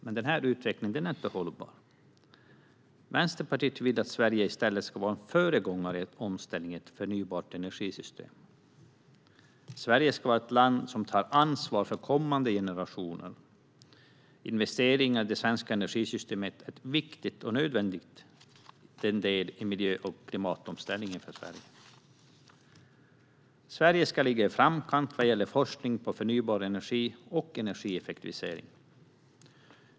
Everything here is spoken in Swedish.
Men den utvecklingen är inte hållbar. Vänsterpartiet vill att Sverige i stället ska vara en föregångare i omställningen till ett förnybart energisystem. Sverige ska vara ett land som tar ansvar för kommande generationer. Investeringar i det svenska energisystemet är en viktig och nödvändig del i miljö och klimatomställningen i Sverige. Sverige ska ligga i framkant vad gäller forskning på förnybar energi och energieffektivisering.